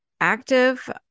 active